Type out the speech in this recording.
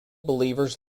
believers